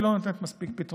היא לא נותנת מספיק פתרונות,